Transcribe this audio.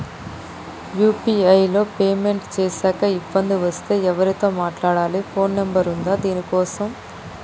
UPI లో payment చేశాక ఇబ్బంది వస్తే ఎవరితో మాట్లాడాలి? ఫోన్ నంబర్ ఉందా దీనికోసం?